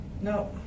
no